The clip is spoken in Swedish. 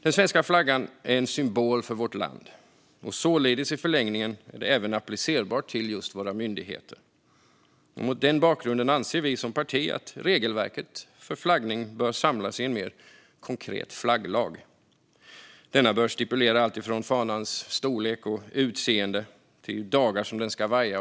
Den svenska flaggan är en symbol för vårt land och således i förlängningen även applicerbar på våra myndigheter. Mot den bakgrunden anser vi som parti att regelverket för flaggning bör samlas i en mer konkret flagglag. Denna bör stipulera alltifrån fanans storlek och utseende till dagar som den ska vaja.